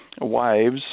wives